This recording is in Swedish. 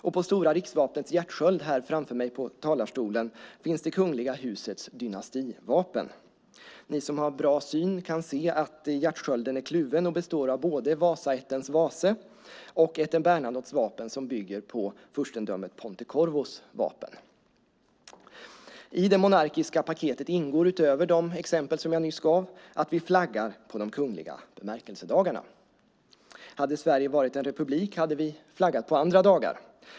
Och på stora riksvapnets hjärtsköld framför mig på talarstolen finns det kungliga husets dynastivapen. Ni som har bra syn kan se att hjärtskölden är kluven och består av både Vasaättens vase och ätten Bernadottes vapen, som bygger på furstendömet Ponte Corvos vapen. I det monarkiska paketet ingår utöver de exempel som jag nyss gav att vi flaggar på de kungliga bemärkelsedagarna. Hade Sverige varit en republik hade vi flaggat på andra dagar.